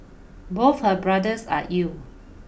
both her brothers are ill